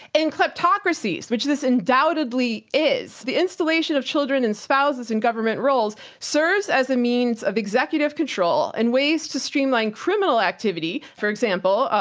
in kleptocracies, which this undoubtedly is, the installation of children and spouses in government roles, serves as a means of executive control and ways to streamline criminal activity. for example,